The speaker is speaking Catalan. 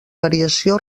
variació